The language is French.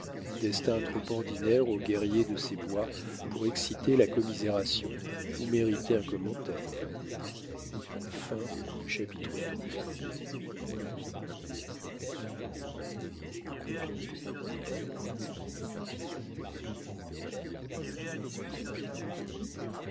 destin trop ordinaire aux guerriers de ces bois pour exciter la commisération ou mériter un commentaire